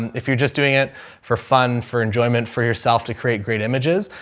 and if you're just doing it for fun, for enjoyment, for yourself to create great images,